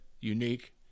unique